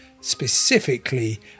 specifically